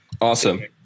awesome